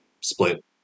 split